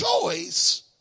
choice